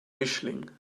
mischling